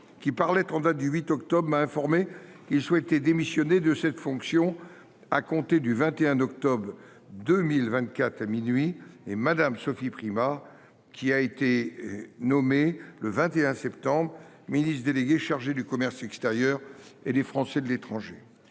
qui, par lettre en date du 8 octobre dernier, m’a indiqué qu’il souhaitait démissionner de cette fonction à compter du 21 octobre 2024 à minuit, et Mme Sophie Primas, qui a été nommée, le 21 septembre dernier, ministre déléguée chargée du commerce extérieur et des Français de l’étranger.